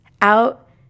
out